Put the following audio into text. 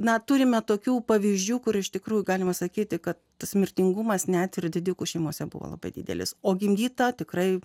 neturime tokių pavyzdžių kur iš tikrųjų galima sakyti kad tas mirtingumas net ir didikų šeimose buvo labai didelis o gimdyta tikrai